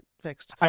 Fixed